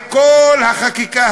לעניין החוק שלנו,